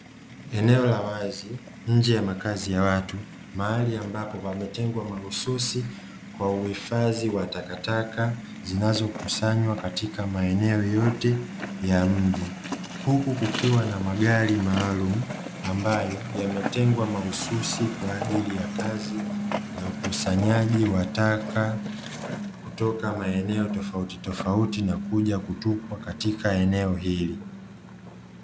Eneo la wazi, nje ya makazi ya watu mahali ambapo pametengwa mahususi kwa uhifadhi wa takataka, zinazo kusanywa katika maeneo yote ya mji. Huku kukiwa na magari maalumu ambayo yametengwa mahususi kwa ajili ya kazi ya ukusanyaji wa taka kutoka maeneo tofauti tofauti na kuja kutupwa katika eneo hili.